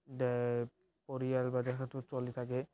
পৰিয়াল বা চলি থাকে